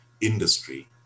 industry